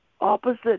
opposite